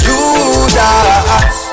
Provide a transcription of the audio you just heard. Judas